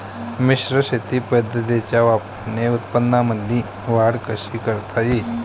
मिश्र शेती पद्धतीच्या वापराने उत्पन्नामंदी वाढ कशी करता येईन?